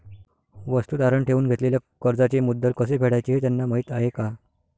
वस्तू तारण ठेवून घेतलेल्या कर्जाचे मुद्दल कसे फेडायचे हे त्यांना माहीत आहे का?